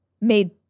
made